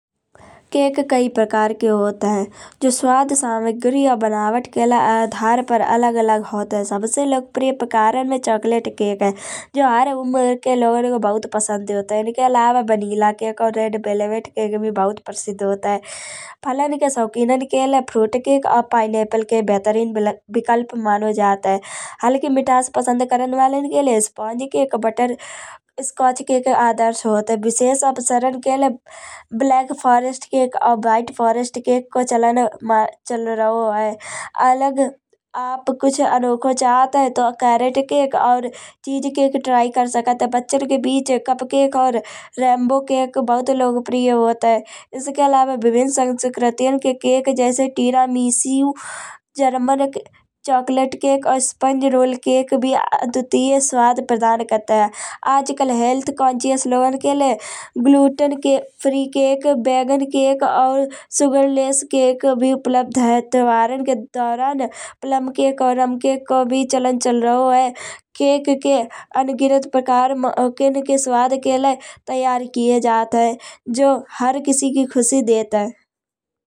केक काई प्रकार के होत हैं। जो स्वाद सामग्री या बनावट के आधार पर अलग अलग होत हैं। सबसे लोकप्रिय प्रकरण में चॉकलेट केक है। जो हर उमर के लोगन को बहुत पसंद होत हैं। इनके अलावा वनीला केक और रेड वेलवेट केक भी बहुत प्रसिद्ध होत हैं। फलन के शौकीनन के लय फ्रूट केक और पाइनएप्पल केक बेहतरीन विकल्प मानो जात हैं। हल्की मिठास पसंद करन वालन के लय स्पॉन्ग केक बटर स्कॉच केक आदर्श होत हैं। विशेष अवसरन के लय ब्लैक फॉरेस्ट केक और व्हाइट फॉरेस्ट केक को चलन चल रहो हैं। अगर आप कुछ अनोखो चाहत हैं तो कैरेट केक और चीज केक ट्राय कर सकत हैं। बच्चन के बीच कप केक और रेनबो केक बहुत लोकप्रिय होत हैं। इसके अलावा विभिन्न संस्कृतियन के केक जैसे तिरामिसु जर्मन चॉकलेट केक और स्पॉन्ज रोल केक भी अद्वितीय स्वाद प्रदान करत हैं। आज काल हेल्थ कॉन्शियस लोगन के लय ग्लूटन के फ्री केक बैगन केक और शुगरलेस केक भी उपलब्ध हैं। त्योहारन के दौरान प्लम केक और अम केक को भी चलन चल रहो हैं। केक के अंगिनत प्रकार मौका के स्वाद के लय तैयार किए जात हैं। जो हर किसी को खुशी देत हैं।